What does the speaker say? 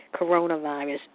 coronavirus